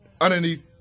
underneath